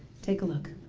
take a look